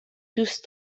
دوست